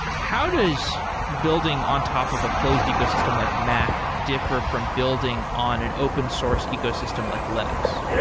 how does building on top of a closed ecosystem like mac differ from building on an open source ecosystem like linux?